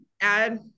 add